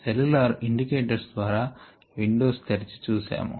cellular indicators ద్వారా windows తెరచి చూశాము